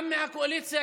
גם מהקואליציה,